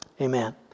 amen